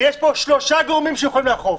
ויש פה שלושה גורמים שיכולים לאכוף,